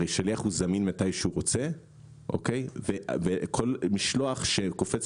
הרי שליח הוא זמין מתי שהוא רוצה וכל משלוח שקופץ